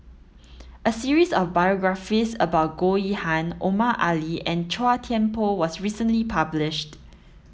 a series of biographies about Goh Yihan Omar Ali and Chua Thian Poh was recently published